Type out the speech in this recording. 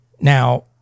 Now